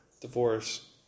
divorce